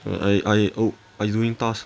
err I I oo I doing task